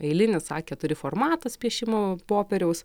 eilinis a keturi formatas piešimo popieriaus